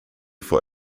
for